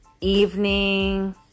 evening